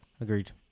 Agreed